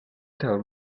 tell